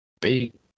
big